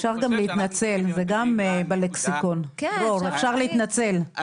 אפשר להגיד: מתנצל על